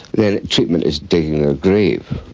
the treatment is digging their grave.